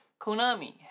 Konami